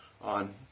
on